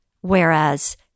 whereas